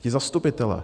Ti zastupitelé.